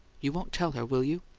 you won't tell her, will you?